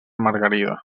margarida